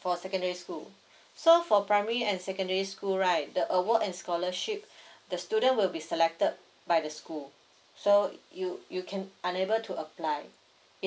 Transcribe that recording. for secondary school so for primary and secondary school right the award and scholarship the student will be selected by the school so iyou you can unable to apply